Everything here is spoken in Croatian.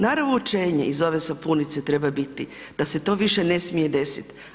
Naravoučenije iz ove sapunice treba biti da se to više ne smije desiti.